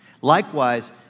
Likewise